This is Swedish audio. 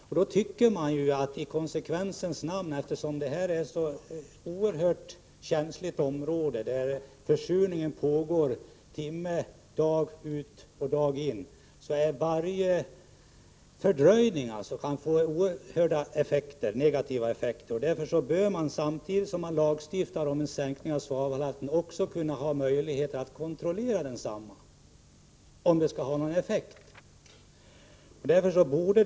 Varje fördröjning kan få oerhörda negativa effekter, eftersom det aktuella området är mycket känsligt och eftersom försurningen pågår dag ut och dag in. Samtidigt som man lagstiftar om en sänkning av svavelhalten bör man — om det skall ha någon effekt — också ha möjligheter att kontrollera halten.